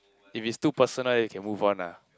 if it's too personal you can move on lah